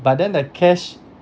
s~ but then the cash